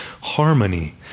harmony